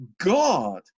God